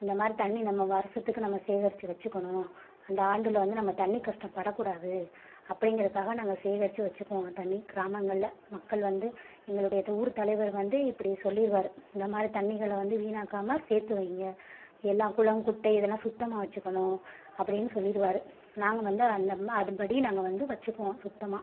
இந்தமாதிரி தண்ணி நம்ப வருஷத்துக்கு நம்ப சேகரிச்சு வச்சுக்கணும் அந்த ஆண்டில் வந்து நம்ப தண்ணி கஷ்டப்படக்கூடாது அப்படிங்கறதுக்காக நாங்கள் சேகரிச்சு வச்சுக்குவோம் தண்ணி கிராமங்களில் மக்கள் வந்து எங்களுடைய ஊர் தலைவர் வந்து இப்படி சொல்லிடுவாரு இந்தமாதிரி தண்ணிகளை வந்து வீணாக்காமல் சேர்த்து வையுங்க எல்லாம் குளம் குட்டை இதெல்லாம் சுத்தமாக வச்சுக்கணும் அப்படினு சொல்லிடுவாரு நாங்கள் வந்து அந்த அதன்படி நாங்கள் வந்து வச்சுக்குவோம் சுத்தமாக